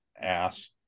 ass